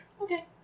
Okay